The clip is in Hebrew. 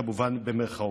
כמובן במירכאות.